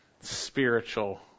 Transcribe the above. spiritual